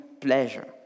pleasure